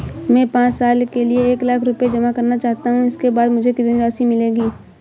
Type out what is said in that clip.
मैं पाँच साल के लिए एक लाख रूपए जमा करना चाहता हूँ इसके बाद मुझे कितनी राशि मिलेगी?